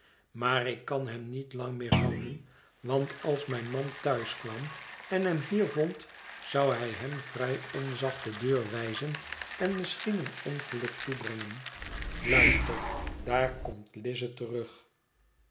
maar ik kan hem niet lang meer houden want als mijn man thuis kwam en hem hier vond zou hij hem vrij onzacht de deur wijzen en misschien een ongeluk toebrengen luister daar komt lizzy terug